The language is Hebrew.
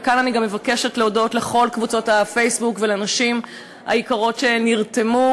וכאן אני גם מבקשת להודות לכל קבוצות הפייסבוק ולנשים היקרות שנרתמו,